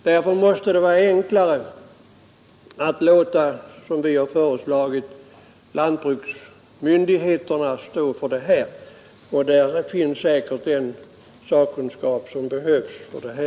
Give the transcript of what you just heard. Därför måste 3 maj 1973 det vara enklare att som vi har föreslagit låta lantbruksmyndigheterna stå